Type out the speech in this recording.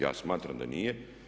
Ja smatram da nije.